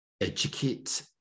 educate